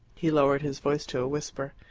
he lowered his voice to a whisper.